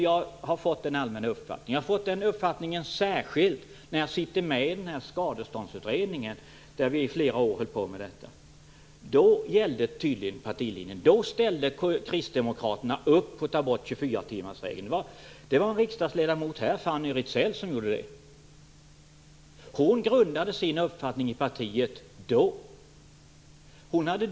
Jag har fått den uppfattningen, särskilt som jag har suttit med i denna skadeståndsutredning. Då gällde tydligen partilinjen. Då ställde kristdemokraterna sig bakom förslaget om att ta bort 24-timmarsregeln. Det var riksdagsledamot Fanny Rizell som gjorde det. Hon grundade sin uppfattning på partiets dåvarande linje.